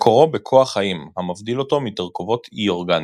מקורו ב"כוח חיים" המבדיל אותו מתרכובות אי אורגניות.